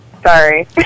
Sorry